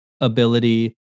ability